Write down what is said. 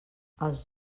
els